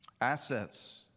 assets